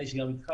נדמה לי שגם אתך